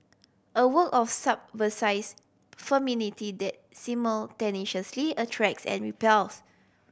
a work of femininity that simultaneously attracts and repels